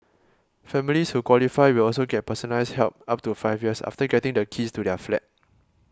families who qualify will also get personalised help up to five years after getting the keys to their flat